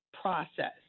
process